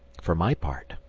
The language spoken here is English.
for my part,